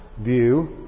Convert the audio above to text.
view